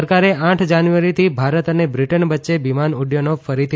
સરકારે આઠ જાન્યુઆરીથી ભારત અને બ્રિટન વચ્ચે વિમાન ઉડૃયનો ફરીથી